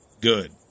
Good